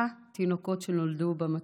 שבעה תינוקות שנולדו במטוס,